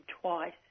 twice